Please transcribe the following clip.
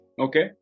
Okay